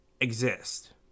exist